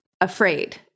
afraid